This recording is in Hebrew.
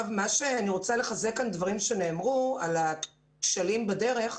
אני רוצה לחזק דברים שנאמרו כאן לגבי הכשלים בדרך.